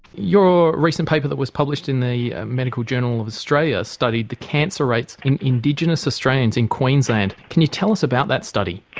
your recent paper that was published in the medical journal of australia studied the cancer rates in indigenous australians in queensland can you tell us about that study?